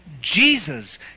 Jesus